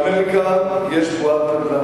באמריקה יש בועת נדל"ן,